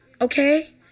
Okay